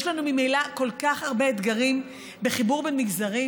יש לנו ממילא כל כך הרבה אתגרים בחיבור בין מגזרים,